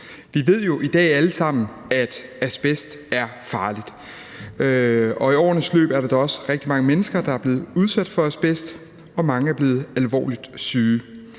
dag ved vi jo alle sammen, at asbest er farligt, og i årenes løb er der da også rigtig mange mennesker, der er blevet udsat for asbest, og mange er blevet alvorligt syge.